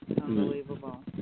Unbelievable